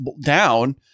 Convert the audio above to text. down